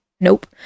Nope